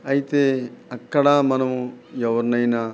అయితే అక్కడ మనం ఎవరినైనా